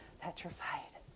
petrified